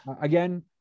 again